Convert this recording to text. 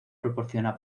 proporciona